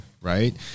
right